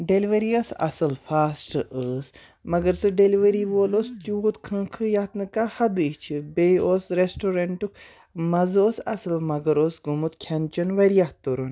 delivery ٲس اَصٕل fast ٲس مگر سُہ ڈیٚلؤری وول اوس تیوٗت کھنٛکھٕ یَتھ نہٕ کانٛہہ حَدٕے چھِ بیٚیہِ اوس رٮ۪سٹورَنٹُک مَزٕ اوس اَصٕل مگر اوس گوٚمُت کھٮ۪ن چٮ۪ن واریاہ تُرُن